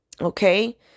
okay